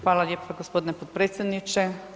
Hvala lijepa gospodine potpredsjedniče.